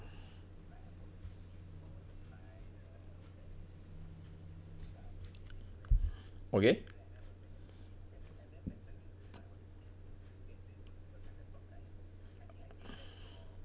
okay